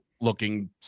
looking